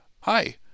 Hi